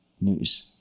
news